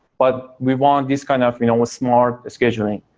but we want this kind of you know ah smart scheduling,